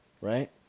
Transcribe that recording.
right